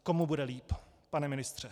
Komu bude líp, pane ministře?